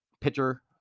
Pitcher